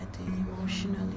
emotionally